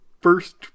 first